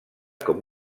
com